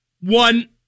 one